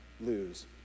lose